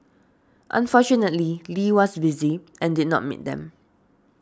unfortunately Lee was busy and did not meet them